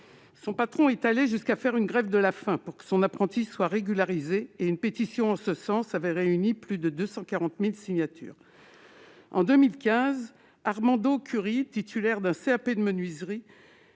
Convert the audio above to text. Son patron est allé jusqu'à faire une grève de la faim pour que son apprenti soit régularisé et une pétition en ce sens a réuni plus de 240 000 signatures. En 2015, Armando Curri, titulaire d'un CAP de menuiserie